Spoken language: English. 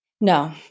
No